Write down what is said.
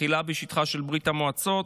תחילה בשטחה של ברית המועצות